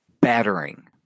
battering